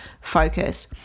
focus